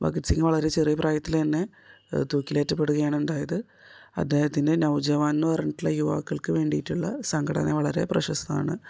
ഭഗത് സിങ്ങ് വളരെ ചെറിയ പ്രായത്തിൽ തന്നെ തൂക്കിലേറ്റപ്പെടുകയാണ് ഉണ്ടായത് അദ്ദേഹത്തിൻ്റെ നവജവാൻ എന്ന് പറഞ്ഞിട്ടുള്ള യുവാക്കൾക്ക് വേണ്ടിയിട്ടുള്ള സംഘടന വളരെ പ്രശസ്തമാണ്